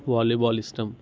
volleyball ఇష్టం